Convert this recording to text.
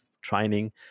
training